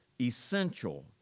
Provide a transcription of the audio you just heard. essential